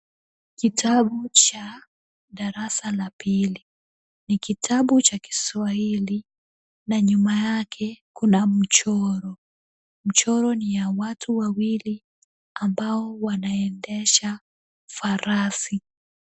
Kitabu cha darasa la pili, ni kitabu cha kiswahili, na nyuma yake kuna mchoro, mchoro ni ya watu wawili ambao wanaendesha farasi.